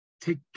take